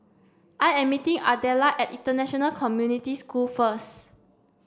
I am meeting Ardella at International Community School first